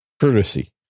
courtesy